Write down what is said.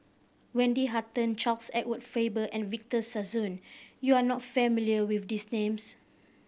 Wendy Hutton Charles Edward Faber and Victor Sassoon you are not familiar with these names